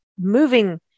moving